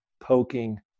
poking